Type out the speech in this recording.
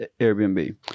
Airbnb